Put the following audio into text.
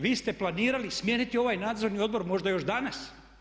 Vi ste planirali smijeniti ovaj Nadzorni odbor možda još danas.